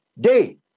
day